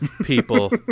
people